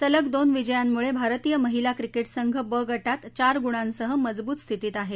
सलग दोन विजयांमुळे भारतीय महिला क्रिकेट संघ ब गटात चार गुणांसह मजबूत स्थितीत आहे